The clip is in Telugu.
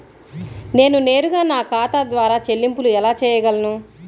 నేను నేరుగా నా ఖాతా ద్వారా చెల్లింపులు ఎలా చేయగలను?